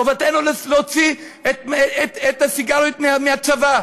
חובתנו להוציא את הסיגריות מהצבא.